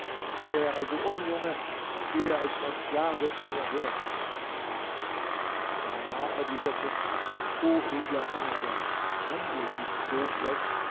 kehre also um junge und gehe als mein sklave vor mir her kana erwiderte o edler araber handle nicht so schlecht